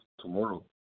tomorrow